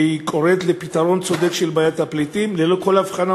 שקוראת לפתרון צודק של בעיית הפליטים ללא כל הבחנה